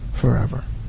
forever